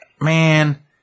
Man